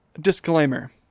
disclaimer